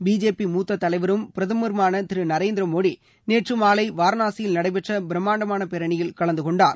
BJP மூத்த தலைவரும் பிரதமருமான திரு நரேந்திர மோடி நேற்று மாலை வாரணாசியில் நடைபெற்ற பிரம்மாண்டமான பேரணியில் கலந்து கொண்டார்